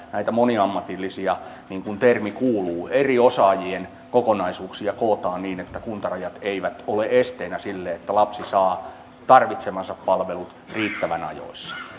näitä moniammatillisia niin kuin termi kuuluu eri osaajien kokonaisuuksia kootaan niin että kuntarajat eivät ole esteenä sille että lapsi saa tarvitsemansa palvelut riittävän ajoissa